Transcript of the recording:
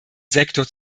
sektor